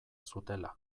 zutela